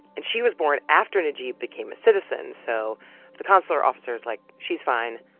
and she was born after najeeb became a citizen, so the consular officer is like, she's fine.